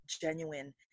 genuine